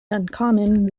uncommon